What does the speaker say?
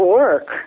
work